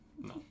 No